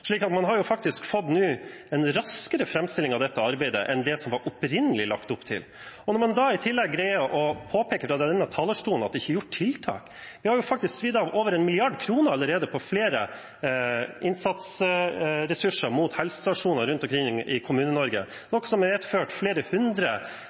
dette arbeidet enn det det opprinnelig var lagt opp til. I tillegg greier man å påpeke fra denne talerstolen at det ikke er satt inn tiltak. Vi har jo faktisk svidd av over 1 mrd. kr allerede på flere innsatsressurser til helsestasjoner rundt omkring i